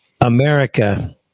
America